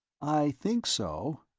i think so,